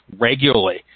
regularly